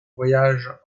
voyage